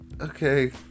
okay